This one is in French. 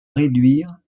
réduire